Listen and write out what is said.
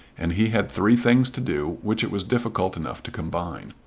and he had three things to do which it was difficult enough to combine.